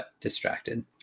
distracted